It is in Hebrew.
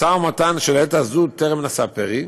משא ומתן שלעת הזאת טרם נשא פרי.